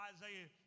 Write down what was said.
Isaiah